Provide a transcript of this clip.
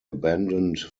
abandoned